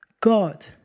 God